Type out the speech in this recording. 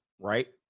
right